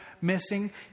missing